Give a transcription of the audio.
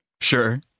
Sure